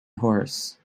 horse